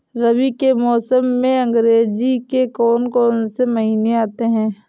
रबी के मौसम में अंग्रेज़ी के कौन कौनसे महीने आते हैं?